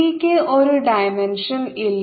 C ക്ക് ഒരു dimension ഇല്ല